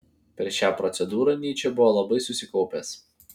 per šią procedūrą nyčė buvo labai susikaupęs